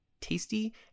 tasty